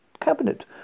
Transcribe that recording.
cabinet